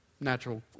Natural